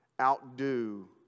Outdo